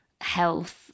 health